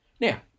Now